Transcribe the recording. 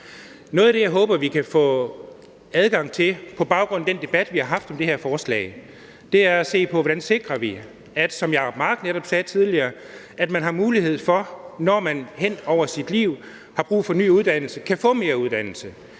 Noget af det, jeg håber vi kan få adgang til på baggrund af den debat, vi har haft om det her forslag, er at se på, hvordan vi sikrer, som hr. Jacob Mark netop sagde tidligere, at man, når man i løbet af sit liv har brug for ny uddannelse, kan få mere uddannelse